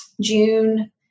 June